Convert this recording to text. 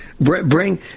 Bring